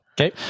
Okay